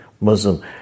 Muslim